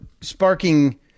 sparking